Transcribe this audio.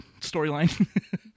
storyline